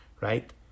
right